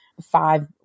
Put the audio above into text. five